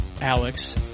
Alex